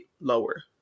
lower